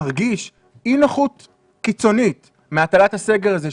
מרגיש אי נוחות קיצונית מהטלת הסגר הזה,